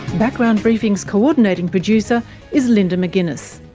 background briefing's co-ordinating producer is linda mcginness,